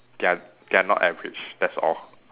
they're they're not average that's all